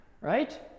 Right